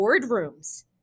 boardrooms